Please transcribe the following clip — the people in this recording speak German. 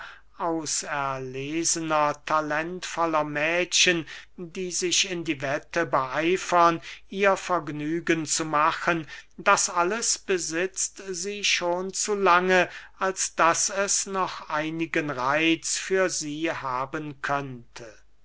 auserlesener talentvoller mädchen die sich in die wette beeifern ihr vergnügen zu machen das alles besitzt sie schon zu lange als daß es noch einigen reitz für sie haben könnte